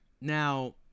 Now